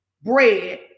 bread